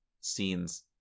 scenes